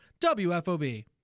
WFOB